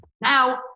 Now